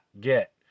get